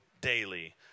daily